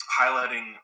highlighting